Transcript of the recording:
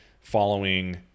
following